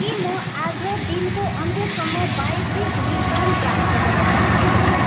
के म आज दिनको अन्त्यसम्म बायोटिक लिप बाम प्राप्त गर्न सक्छु